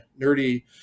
nerdy